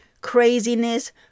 craziness